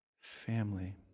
family